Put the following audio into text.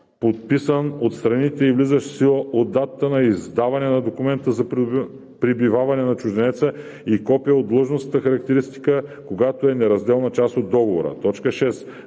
подписан от страните и влизащ в сила от датата на издаване на документа за пребиваване на чужденеца, и копие от длъжностната характеристика, когато е неразделна част от договора;